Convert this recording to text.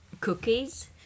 cookies